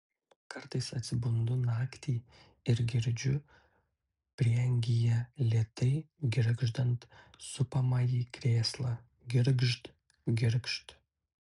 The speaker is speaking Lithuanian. kartais atsibundu naktį ir girdžiu prieangyje lėtai girgždant supamąjį krėslą girgžt girgžt